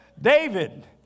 David